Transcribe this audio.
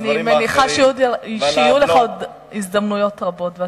אני מניחה שיהיו לך הזדמנויות רבות,